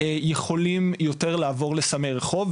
יכולים יותר לעבור לסמי רחוב,